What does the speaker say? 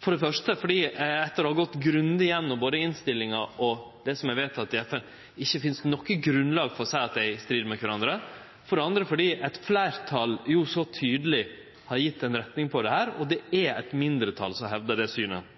Etter å ha gått grundig igjennom både innstillinga og det som er vedteke i FN, finst det for det første ikkje noko grunnlag for å seie at dei er i strid med kvarandre, og for det andre fordi eit fleirtal så tydeleg har gitt ei retning på dette. Det er eit mindretal som hevdar det synet.